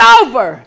over